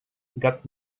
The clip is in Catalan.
gat